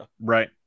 Right